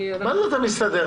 מה זה אתה מסתדר?